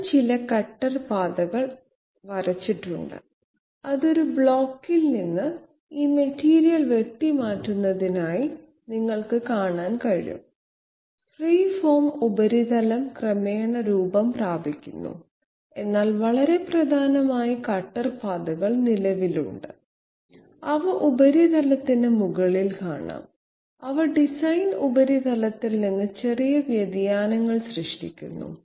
ഞാൻ ചില കട്ടർ പാതകൾ വരച്ചിട്ടുണ്ട് അത് ഒരു ബ്ലോക്കിൽ നിന്ന് ഈ മെറ്റീരിയൽ വെട്ടിമാറ്റുന്നതായി നിങ്ങൾക്ക് കാണാൻ കഴിയും ഫ്രീ ഫോം ഉപരിതലം ക്രമേണ രൂപം പ്രാപിക്കുന്നു എന്നാൽ വളരെ പ്രധാനമായി കട്ടർ പാതകൾ നിലവിലുണ്ട് അവ ഉപരിതലത്തിന് മുകളിൽ കാണാം അവ ഡിസൈൻ ഉപരിതലത്തിൽ നിന്ന് ചെറിയ വ്യതിയാനങ്ങൾ സൃഷ്ടിക്കുന്നു